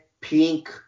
pink